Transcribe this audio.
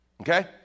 okay